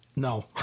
No